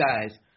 guys